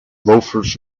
loafers